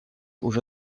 уже